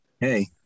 Hey